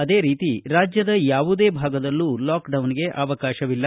ಅದೇ ರೀತಿ ರಾಜ್ಯದ ಯಾವುದೇ ಭಾಗದಲ್ಲೂ ಲಾಕ್ಡೌನ್ಗೆ ಅವಕಾಶವಿಲ್ಲ